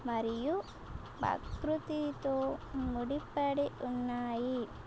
మరియు ఆకృతితో ముడిపడి ఉన్నాయి